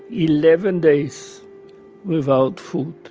eleven days without food.